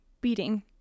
beating